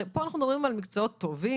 הרי פה אנחנו מדברים על מקצועות טובים,